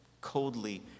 coldly